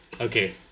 okay